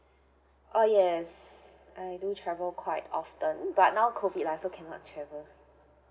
oh yes I do travel quite often but now COVID lah so cannot travel